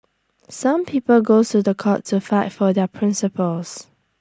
some people goes to The Court to fight for their principles